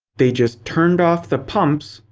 they just turned off the pumps,